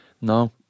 No